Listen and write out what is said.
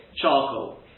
charcoal